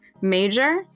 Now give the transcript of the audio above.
major